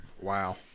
Wow